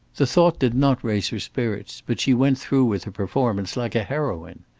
the thought did not raise her spirits, but she went through with her performance like a heroine.